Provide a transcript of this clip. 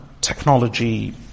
technology